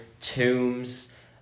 tombs